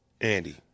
Andy